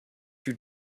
you